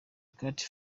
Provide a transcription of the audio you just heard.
carter